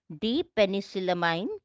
D-penicillamine